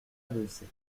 bessée